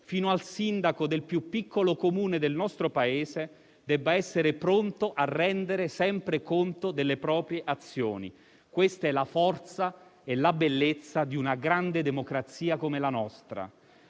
fino al sindaco del più piccolo Comune del nostro Paese, debba essere pronto a rendere sempre conto delle proprie azioni. Questa è la forza e la bellezza di una grande democrazia come la nostra.